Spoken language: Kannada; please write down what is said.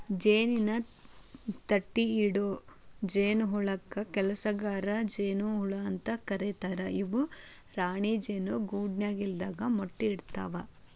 ಜೇನಿನ ತಟ್ಟಿಇಡೊ ಜೇನಹುಳಕ್ಕ ಕೆಲಸಗಾರ ಜೇನ ಹುಳ ಅಂತ ಕರೇತಾರ ಇವು ರಾಣಿ ಜೇನು ಗೂಡಿನ್ಯಾಗ ಇಲ್ಲದಾಗ ಮೊಟ್ಟಿ ಇಡ್ತವಾ